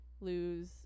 lose